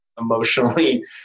emotionally